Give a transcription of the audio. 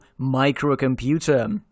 microcomputer